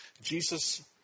Jesus